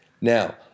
Now